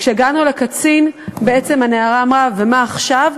כשהגענו לקצין הנערה אמרה: ומה עכשיו?